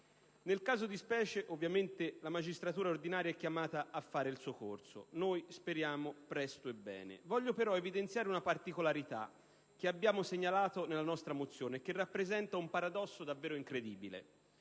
Nel caso di specie, ovviamente la magistratura ordinaria è chiamata a fare il suo corso; noi speriamo presto e bene. Voglio però evidenziare una particolarità che abbiamo segnalato nella nostra mozione e che rappresenta un paradosso davvero incredibile.